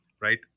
right